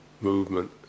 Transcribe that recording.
movement